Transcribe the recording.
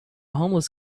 homeless